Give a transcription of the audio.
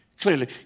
clearly